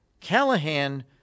Callahan